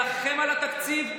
תילחם על התקציב.